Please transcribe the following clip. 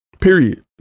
Period